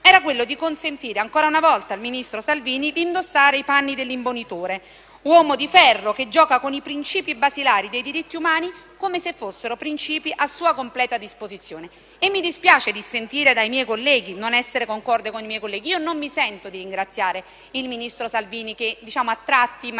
era quello di consentire ancora una volta al ministro Salvini di indossare i panni dell'imbonitore: uomo di ferro che gioca con i principi basilari dei diritti umani come se fossero principi a sua completa disposizione. Mi dispiace non essere concorde con i miei colleghi. Io non mi sento di ringraziare il ministro Salvini che a tratti, in maniera